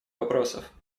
вопросов